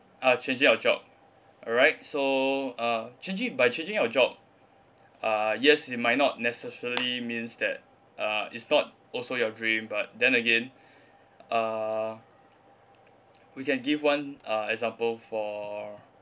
uh changing your job alright so uh changing by changing your job uh yes it might not necessarily means that uh it's not also your dream but then again uh we can give one uh example for